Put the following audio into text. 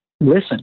listen